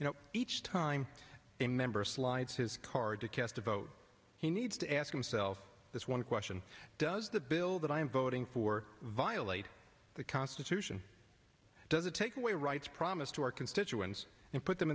know each time a member slides his card to cast a vote he needs to ask himself this one question does the bill that i'm voting for violate the constitution does it take away rights promise to our constituents and put them